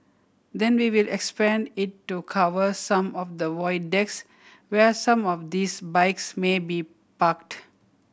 then we will expand it to cover some of the void decks where some of these bikes may be parked